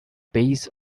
base